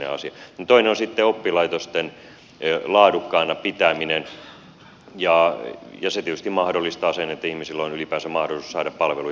toinen on sitten oppilaitosten laadukkaana pitäminen ja se tietysti mahdollistaa sen että ihmisillä on ylipäänsä mahdollisuus saada palveluja